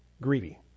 greedy